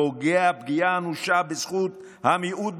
פוגע פגיעה אנושה בזכות המיעוט,